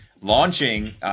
launching